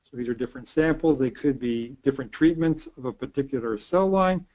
these are different samples. they could be different treatments of a particular cell line.